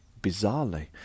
bizarrely